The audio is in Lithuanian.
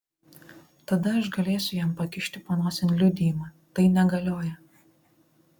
tada aš galėsiu jam pakišti panosėn liudijimą tai negalioja